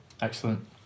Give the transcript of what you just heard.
excellent